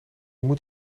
moet